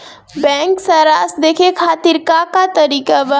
Bank सराश देखे खातिर का का तरीका बा?